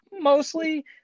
mostly